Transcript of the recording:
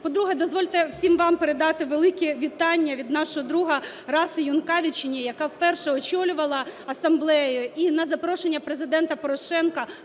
По-друге, дозвольте всім вам передати велике вітання від нашого друга Раси Юкнявічене, яка вперше очолювала асамблею. І на запрошення Президента Порошенка